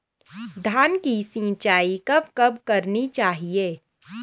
धान की सिंचाईं कब कब करनी चाहिये?